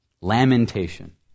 Lamentation